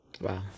Wow